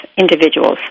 individuals